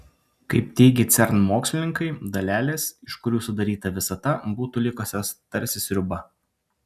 kaip teigia cern mokslininkai dalelės iš kurių sudaryta visata būtų likusios tarsi sriuba